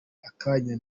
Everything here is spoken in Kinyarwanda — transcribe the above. akanya